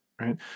Right